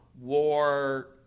war